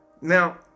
Now